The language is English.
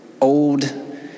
old